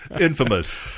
infamous